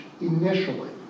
initially